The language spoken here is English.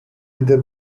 either